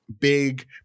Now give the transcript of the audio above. big